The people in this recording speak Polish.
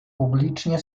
publicznie